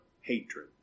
hatred